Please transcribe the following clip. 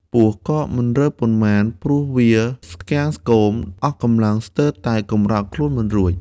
ពស់ក៏មិនរើប៉ុន្មានព្រោះវាស្គាំងស្គមអស់កំលាំងស្ទើរតែកំរើកខ្លួនមិនរួច ។